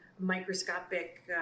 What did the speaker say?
microscopic